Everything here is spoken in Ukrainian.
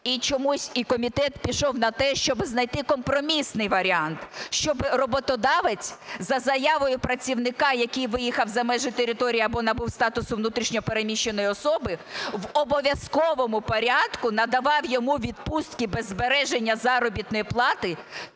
і чомусь і комітет пішов на те, щоб знайти компромісний варіант, щоб роботодавець за заявою працівника, який виїхав за межі території або набув статусу внутрішньо переміщеної особи, в обов'язковому порядку надавав йому відпустки без збереження заробітної плати